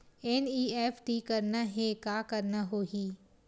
NEFT करना हे का करना होही?